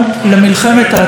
מגילת העצמאות,